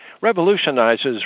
revolutionizes